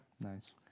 nice